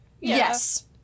yes